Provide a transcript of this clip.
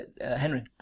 Henry